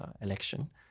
election